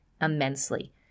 immensely